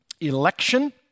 election